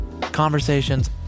Conversations